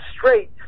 straight